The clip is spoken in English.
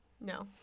No